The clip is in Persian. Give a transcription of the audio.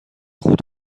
خود